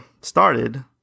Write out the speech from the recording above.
started